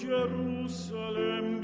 Jerusalem